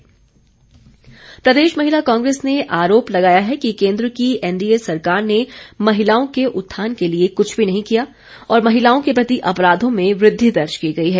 महिला कांग्रेस प्रदेश महिला कांग्रेस ने आरोप लगाया है कि केन्द्र की एनडीए सरकार ने महिलाओं के उत्थान के लिए कुछ भी नही किया और महिलाओं के प्रति अपराधों में वृद्वि दर्ज की गई है